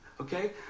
Okay